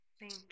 Thank